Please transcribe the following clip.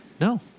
No